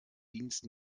dienst